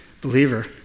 Believer